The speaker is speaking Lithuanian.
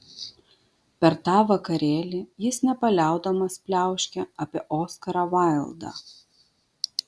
per tą vakarėlį jis nepaliaudamas pliauškė apie oskarą vaildą